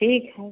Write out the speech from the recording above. ठीक है